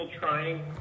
trying